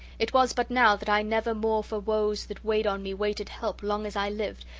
it was but now that i never more for woes that weighed on me waited help long as i lived,